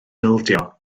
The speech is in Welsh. ildio